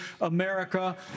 America